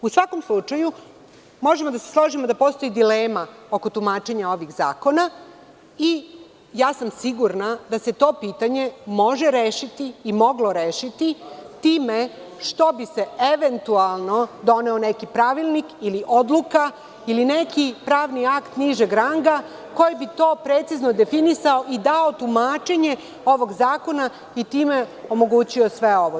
U svakom slučaju, možemo da se složimo da postoji dilema oko tumačenja ovih zakona i sigurna sam da se to pitanje može rešiti i moglo rešiti time što bi se eventualno doneo neki pravilnik ili odluka, ili neki pravni akt nižeg ranga koji bi to precizno definisao i dao tumačenje ovog zakona i time omogućio sve ovo.